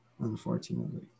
unfortunately